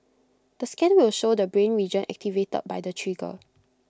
the scan will show the brain region activated by the trigger